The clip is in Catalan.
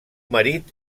marit